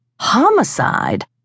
homicide